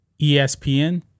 ESPN